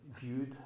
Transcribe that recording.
viewed